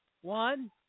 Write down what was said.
One